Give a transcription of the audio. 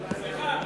סליחה,